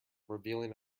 revealing